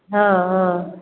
हॅं हॅं